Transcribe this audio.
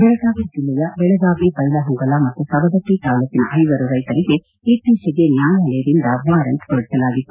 ಬೆಳಗಾವಿ ಜಿಲ್ಲೆಯ ಬೆಳಗಾವಿ ಬೈಲಹೊಂಗಲ ಮತ್ತು ಸವದತ್ತಿ ತಾಲೂಕನ ಐವರು ರೈತರಿಗೆ ಇತ್ತೀಚೆಗೆ ನ್ಲಾಯಾಲಯದಿಂದ ವಾರಂಟ್ ಹೊರಡಿಸಲಾಗಿತ್ತು